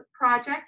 project